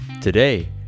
Today